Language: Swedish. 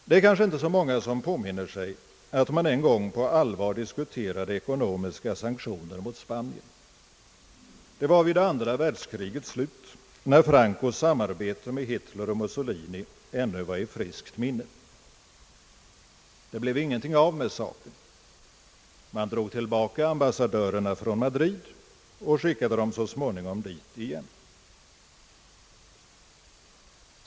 Det är kanske inte så många som påminner sig att man en gång på allvar diskuterade ekonomiska sanktioner mot Spanien. Det var vid det andra världskrigets slut, när Francos samarbete Ang. Sveriges utrikespolitik med Hitler och Mussolini ännu var i friskt minne. Det blev ingenting av saken. Man drog tillbaka ambassadörerna från Madrid och skickade så småningom dit dem igen.